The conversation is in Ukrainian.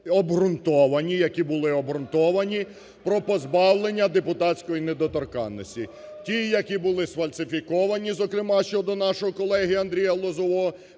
які були обґрунтовані, про позбавлення депутатської недоторканності. Ті, які були сфальсифіковані зокрема щодо нашого колеги Андрія Лозового,